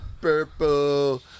purple